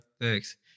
Thanks